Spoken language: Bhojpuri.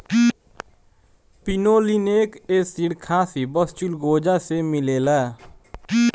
पिनोलिनेक एसिड खासी बस चिलगोजा से मिलेला